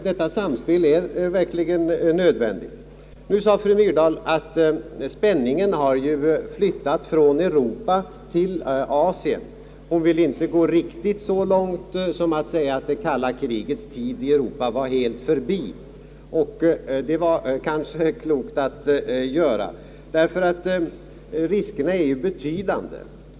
Detta samspel är verkligen nödvändigt. Nu sade fru Myrdal, att spänningen har flyttat från Europa till Asien. Hon vill inte gå riktigt så långt som att säga, att det kalla kriget i Europa var helt förbi; det var kanske klokt att inte göra det därför att riskerna är betydande.